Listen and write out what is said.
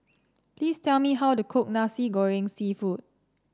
please tell me how to cook Nasi Goreng seafood